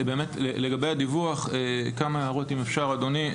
לגבי הדיווח כמה הערות אם אפשר, אדוני.